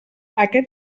aquest